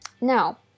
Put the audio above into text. now